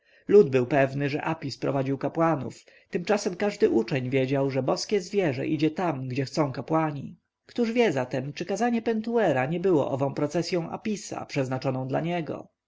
lud był pewny że to apis prowadzi kapłanów tymczasem każdy uczeń wiedział że boskie zwierzę idzie tam gdzie chcą kapłani któż wie zatem czy kazanie pentuera nie było ową procesją apisa przeznaczoną dla niego